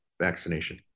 vaccination